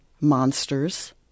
monsters